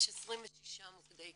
יש 26 מוקדי קליטה,